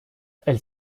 elle